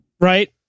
Right